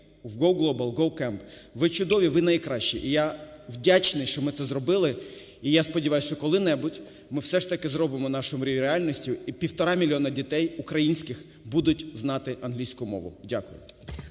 є вGoGlobal, GoCamp– ви чудові, ви найкращі. І я вдячний, що ми це зробили. І я сподіваюсь, що коли-небудь ми все ж таки зробимо нашу мрію реальністю, і 1,5 мільйона дітей українських будуть знати англійську мову. Дякую.